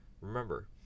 Remember